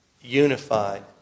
unified